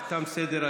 אבל תם סדר-היום.